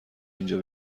اینجا